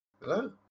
Hello